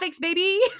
baby